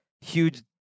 huge